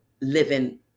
living